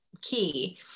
key